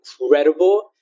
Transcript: incredible